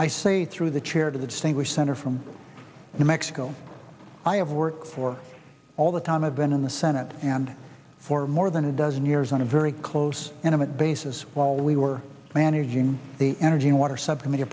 i say through the chair to the distinguished senator from new mexico i have worked for all the time i've been in the senate and for more than a dozen years on a very close intimate basis while we were managing the energy and water subcommitte